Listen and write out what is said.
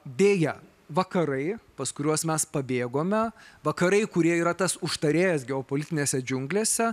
deja vakarai pas kuriuos mes pabėgome vakarai kurie yra tas užtarėjas geopolitinėse džiunglėse